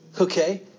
okay